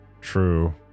true